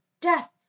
death